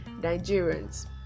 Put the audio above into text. Nigerians